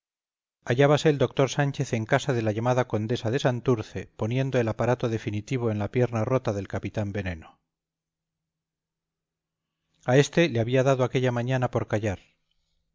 escenas de la plaza mayor hallábase el doctor sánchez en casa de la llamada condesa de santurce poniendo el aparato definitivo en la pierna rota del capitán veneno a éste le había dado aquella mañana por callar